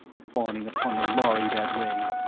fawning upon the lhari that way,